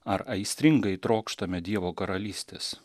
ar aistringai trokštame dievo karalystės